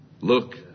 Look